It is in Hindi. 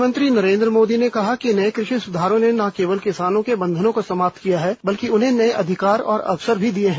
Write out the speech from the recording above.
प्रधानमंत्री नरेन्द्र मोदी ने कहा कि नए कृषि सुधारों ने न केवल किसानों के बंधनों को समाप्त किया है बल्कि उन्हें नए अधिकार और अवसर भी दिए हैं